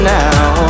now